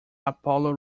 apollo